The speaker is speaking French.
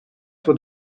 taux